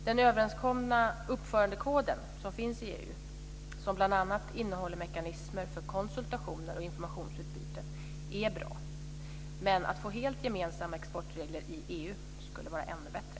Den överenskomna uppförandekoden som finns i EU, som bl.a. innehåller mekanismer för konsultationer och informationsutbyte, är bra. Men att få helt gemensamma exportregler inom EU skulle vara ännu bättre.